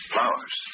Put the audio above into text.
Flowers